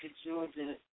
Georgia